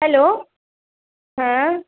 hello হ্যাঁ